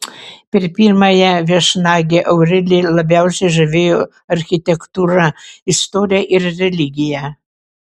per pirmąją viešnagę aureliją labiausiai žavėjo architektūra istorija ir religija